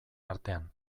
artean